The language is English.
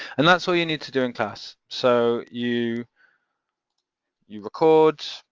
and that's all you need to do in class. so you you record,